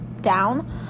down